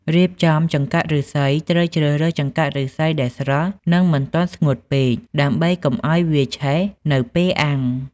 រៀបចំចង្កាក់ឫស្សីត្រូវជ្រើសរើស ចង្កាក់ឫស្សី ដែលស្រស់ និងមិនទាន់ស្ងួតពេក ដើម្បីកុំឲ្យវាឆេះនៅពេលអាំង។